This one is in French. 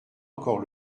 encore